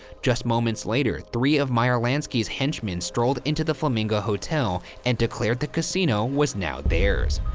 just moments later, three of meyer lansky's henchmen strolled into the flamingo hotel and declared the casino was now theirs.